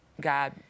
God